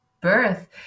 birth